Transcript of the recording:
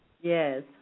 Yes